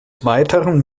weiteren